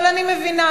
אבל אני מבינה,